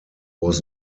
was